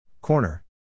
Corner